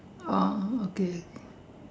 oh okay